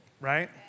Right